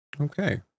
Okay